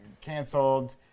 canceled